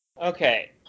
Okay